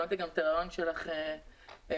שמעתי את הריאיון שלך בבוקר,